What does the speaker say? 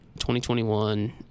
2021